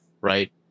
Right